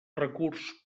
recurs